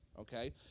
Okay